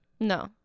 No